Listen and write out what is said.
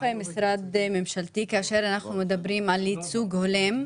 משרד ממשלתי כאשר אנחנו מדברים על ייצוג הולם.